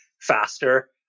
faster